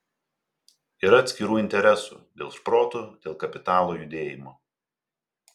yra atskirų interesų dėl šprotų dėl kapitalo judėjimo